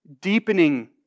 deepening